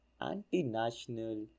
Anti-national